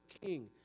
king